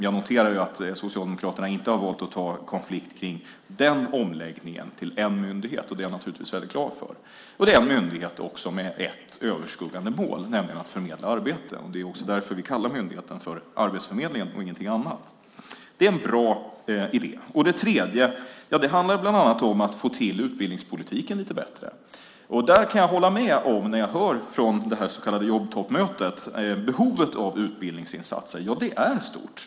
Jag noterar att Socialdemokraterna inte har valt att ta konflikt om den omläggningen till en myndighet, och det är jag naturligtvis väldigt glad över. Det är också en myndighet med ett överskuggande mål, nämligen att förmedla arbeten. Det är också därför vi kallar myndigheten för Arbetsförmedlingen och ingenting annat. Det är en bra idé. Det tredje handlar bland annat om att få till utbildningspolitiken lite bättre. Jag kan hålla med det här så kallade jobbtoppmötet om behovet av utbildningsinsatser. Det är stort.